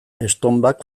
estonbak